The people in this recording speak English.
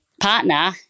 partner